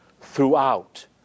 throughout